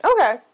Okay